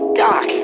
doc